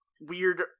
weird